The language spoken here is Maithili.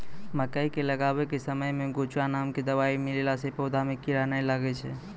मकई के लगाबै के समय मे गोचु नाम के दवाई मिलैला से पौधा मे कीड़ा नैय लागै छै?